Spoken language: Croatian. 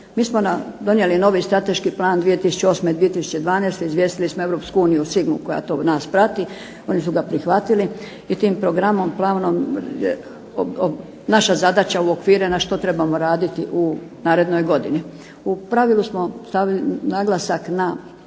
Mi smo donijeli i novi strateški plan 2008./2012. Izvijestili smo Europsku uniju o .../Govornica se ne razumije./... koja to nas prati. Oni su ga prihvatili. I tim programom, planom naša zadaća uokvirena što trebamo raditi u narednoj godini. U pravilu smo stavili naglasak na